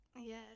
Yes